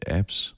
apps